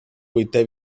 vuitè